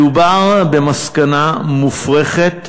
מדובר במסקנה מופרכת,